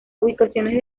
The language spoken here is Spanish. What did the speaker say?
ubicaciones